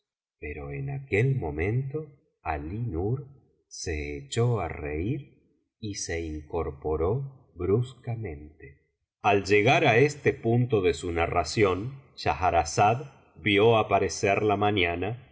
pero en aquel momento alí nur se echó á reir y se incgporó bruscamente al llegar á este punto de su narración schahrazada vio aparecer la mañana